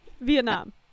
vietnam